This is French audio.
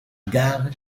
gare